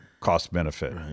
Cost-benefit